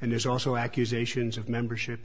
and there's also accusations of membership